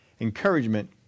encouragement